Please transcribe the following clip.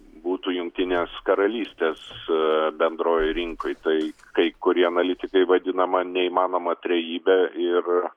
būtų jungtinės karalystės bendrojoj rinkoj tai kai kurie analitikai vadinama neįmanoma trejybe ir